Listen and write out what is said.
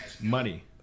money